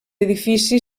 edifici